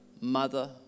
mother